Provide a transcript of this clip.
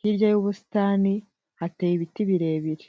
hirya y'ubusitani hateye ibiti birebire.